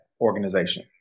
organization